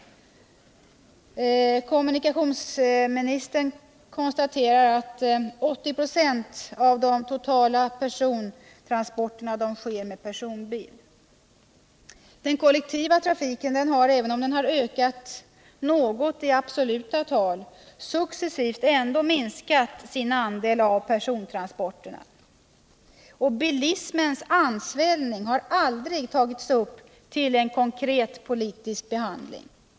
Kommunikationsministern konstaterar att 80 24 av de totala persontransporterna sker med personbil. Den kollektiva förbättra kollektiv trafiken har, även om den ökat något i absoluta tal, successivt minskat sin andel av persontransporterna. Bilismens ansvällning har aldrig tagits upp till konkret politisk behandling.